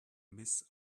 miss